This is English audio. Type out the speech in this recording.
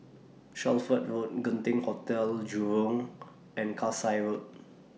Shelford Road Genting Hotel Jurong and Kasai Road